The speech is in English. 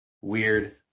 weird